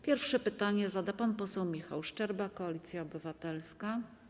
Pierwsze pytanie zada pan poseł Michał Szczerba, Koalicja Obywatelska.